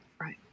Right